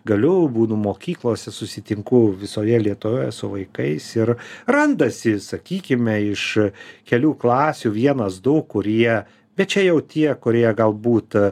galiu būnu mokyklose susitinku visoje lietuvoje su vaikais ir randasi sakykime iš kelių klasių vienas du kurie bet čia jau tie kurie galbūt